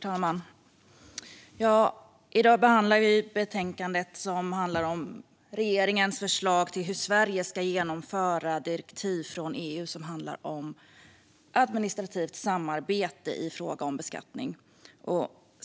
Herr talman! I dag behandlar vi betänkandet som handlar om regeringens förslag till hur Sverige ska genomföra ett direktiv från EU som handlar om administrativt samarbete i fråga om beskattning.